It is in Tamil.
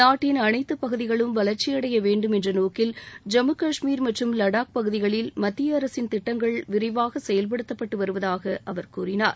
நாட்டின் அனைத்து பகுதிகளும் வளர்ச்சியடைய வேண்டும் என்ற நோக்கில் ஜம்மு கஷ்மீர் மற்றும் வடாக் பகுதிகளில் மத்திய அரசின் திட்டங்கள் விரிவாக செயல்படுத்தப்பட்டு வருவதாக அவர் கூறினார்